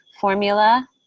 formula